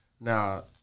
Now